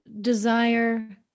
desire